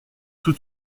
tout